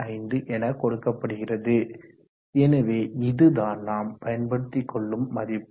25 என கொடுக்கப்படுகிறது எனவே இதுதான் நாம் பயன்படுத்தி கொள்ளும் மதிப்பு